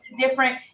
different